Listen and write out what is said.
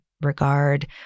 regard